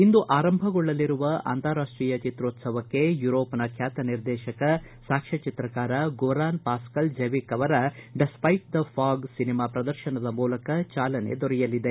ಇಂದು ಆರಂಭಗೊಳ್ಳಲಿರುವ ಅಂತಾರಾಷ್ಟೀಯ ಚಿತ್ರೋತ್ಸವ ಯುರೋಪ್ ನ ಬ್ಲಾತ ನಿರ್ದೇಶಕ ಸಾಕ್ಷ್ಮಚಿತ್ರಕಾರ ಗೋರಾನ್ ಪಾಸ್ಕಲ್ ಜೆವಿಕ್ ಅವರ ಡೆಸ್ಟ್ರೆಟ್ ದ ಫಾಗ್ ಸಿನಿಮಾ ಪ್ರದರ್ಶನದ ಮೂಲಕ ಚಾಲನೆ ದೊರೆಯಲಿದೆ